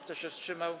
Kto się wstrzymał?